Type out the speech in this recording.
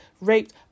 raped